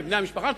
ובני המשפחה שלהם,